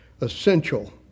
essential